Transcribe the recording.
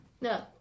No